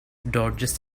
dodges